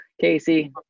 casey